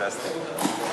סעיפים 1 2 נתקבלו.